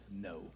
No